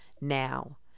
now